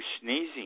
sneezing